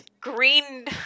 green